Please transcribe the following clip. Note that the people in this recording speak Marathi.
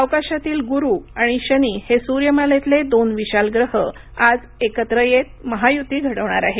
अवकाशातील गुरू आणि शनि हे सूर्यमालेतले दोन विशाल ग्रह आज एकत्र येत महायुती घडवणार आहेत